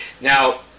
Now